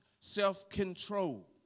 self-control